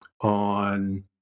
on